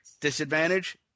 Disadvantage